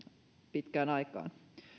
pitkään aikaan